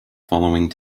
following